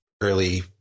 early